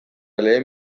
lehen